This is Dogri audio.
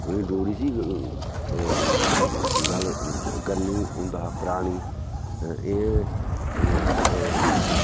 उ'नें डोगरी च ही गल्ल करनी उं'दा हा करानी एह सा